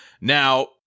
Now